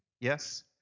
Yes